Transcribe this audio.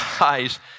eyes